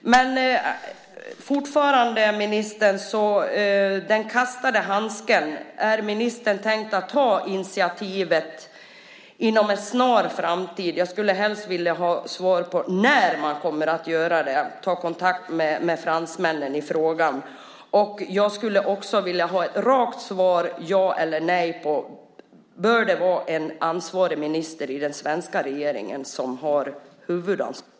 Men vi har fortfarande den kastade handsken, ministern. Kan ministern tänka sig att ta detta initiativ inom en snar framtid? Jag skulle helst vilja ha ett svar om när man kommer att göra det, det vill säga ta kontakt med fransmännen i frågan. Jag skulle också vilja ha ett rakt svar, ja eller nej, på frågan: Bör det vara en minister i den svenska regeringen som har huvudansvaret för detta?